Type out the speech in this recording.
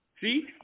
See